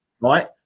right